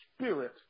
spirit